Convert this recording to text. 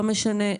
לא משנה,